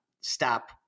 stop